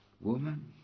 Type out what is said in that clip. Woman